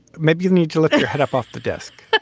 maybe you need to lift your head up off the desk